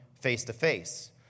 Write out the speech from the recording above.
face-to-face